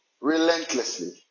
relentlessly